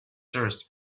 tourists